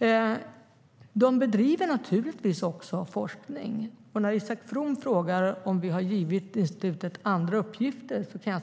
Institutet bedriver naturligtvis också forskning. Isak From frågar om vi har givit institutet andra uppgifter.